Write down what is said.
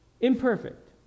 imperfect